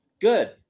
Good